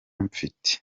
mfite